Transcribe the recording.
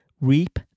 reap